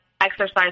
exercise